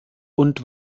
und